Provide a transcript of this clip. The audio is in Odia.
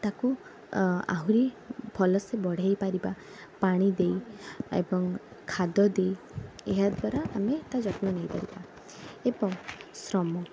ତାକୁ ଆହୁରି ଭଲ ସେ ବଛେଇ ପାରିବା ପାଣି ଦେଇ ଏବଂ ଖାଦ ଦେଇ ଏହାଦ୍ଵାରା ଆମେ ତା'ଯତ୍ନ ନେଇ ପାରିବା ଏବଂ ଶ୍ରମ